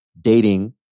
dating